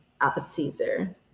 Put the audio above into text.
appetizer